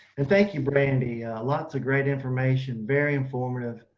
and thank you. brandi lots of great information very informative.